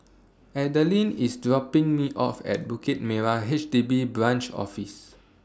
Adalynn IS dropping Me off At Bukit Merah H D B Branch Office